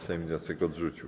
Sejm wniosek odrzucił.